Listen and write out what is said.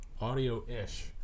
audio-ish